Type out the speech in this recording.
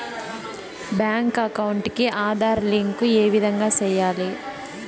Bank account కి Aadhaar link ఏ విధంగా సెయ్యాలి?